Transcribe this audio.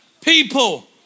people